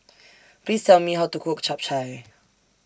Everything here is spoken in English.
Please Tell Me How to Cook Chap Chai